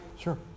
Sure